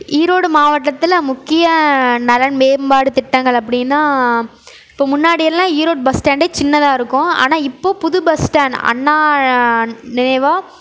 ஈரோடு மாவட்டத்தில் முக்கிய நலன் மேம்பாடு திட்டங்கள் அப்படின்னா இப்போ முன்னாடியெல்லாம் ஈரோடு பஸ் ஸ்டாண்டே சின்னதாக இருக்கும் ஆனால் இப்போ புது பஸ் ஸ்டாண்டு அண்ணா நினைவாக